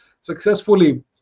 successfully